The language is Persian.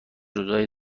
روزای